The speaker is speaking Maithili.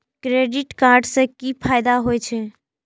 क्रेडिट कार्ड से कि फायदा होय छे?